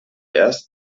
erst